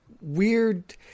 weird